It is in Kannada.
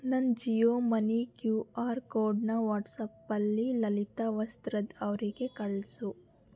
ನನ್ನ ಜಿಯೋ ಮನಿ ಕ್ಯೂ ಆರ್ ಕೋಡನ್ನ ವಾಟ್ಸಾಪ್ಪಲ್ಲಿ ಲಲಿತಾ ವಸ್ತ್ರದ್ ಅವರಿಗೆ ಕಳಿಸು